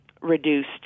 reduced